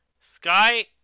Sky